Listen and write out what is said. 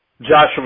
Joshua